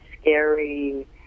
scary